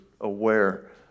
aware